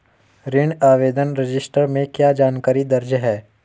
ऋण आवेदन रजिस्टर में क्या जानकारी दर्ज है?